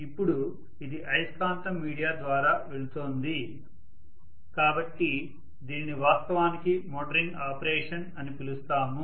ఇప్పుడు ఇది అయస్కాంతం మీడియా ద్వారా వెళుతోంది కాబట్టి దీనిని వాస్తవానికి మోటరింగ్ ఆపరేషన్ అని పిలుస్తాము